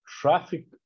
traffic